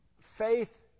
faith